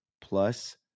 plus